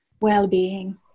well-being